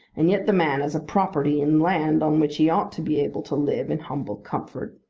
and yet the man has a property in land on which he ought to be able to live in humble comfort.